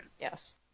Yes